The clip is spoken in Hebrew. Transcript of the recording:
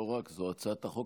לא רק זו, הצעת החוק